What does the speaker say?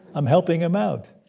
i'm helping him out.